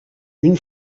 une